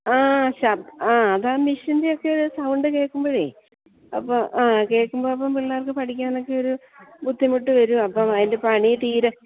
ആ ആ അതാ മെഷ്യൻ്റെയൊക്കെ ഒരു സൗണ്ട് കേള്ക്കുമ്പോഴേ അപ്പോള് ആ കേള്ക്കുമ്പോള് അപ്പോള് പിള്ളേർക്ക് പഠിക്കാനൊക്കെ ഒരു ബുദ്ധിമുട്ട് വരും അപ്പോള് അതിൻ്റെ പണി തീരാൻ